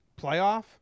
playoff